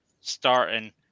starting